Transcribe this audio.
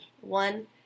one